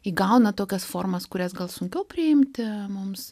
įgauna tokias formas kurias gal sunkiau priimti mums